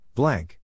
Blank